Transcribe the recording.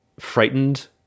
frightened